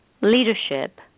leadership